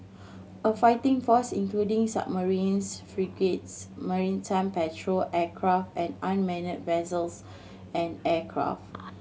a fighting force including submarines frigates maritime patrol aircraft and unmanned vessels and aircraft